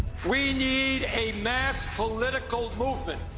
we need a mass political movement,